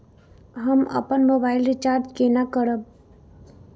हम अपन mobile recharge केना करब?